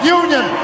union